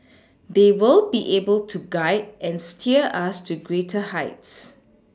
they will be able to guide and steer us to greater heights